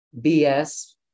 BS